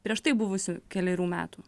prieš tai buvusių kelerių metų